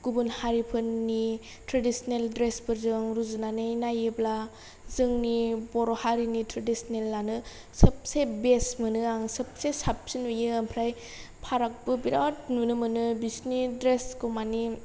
गुबुन हारिफोरनि ट्रेडिसनेल ड्रेसफोरजों रुजुनानै नायोब्ला जोंनि बर' हारिनि ट्रेडिसनेलआनो सबसे बेस्ट मोनो आं सोबसे साबसिन नुयो ओमफ्राय फारागबो बिराद नुनो मोनो बिसनि ड्रेसखौ मानि